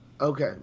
Okay